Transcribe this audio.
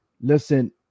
listen